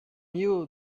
knew